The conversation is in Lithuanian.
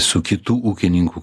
su kitų ūkininkų